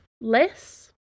less